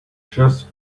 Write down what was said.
just